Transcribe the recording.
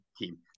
team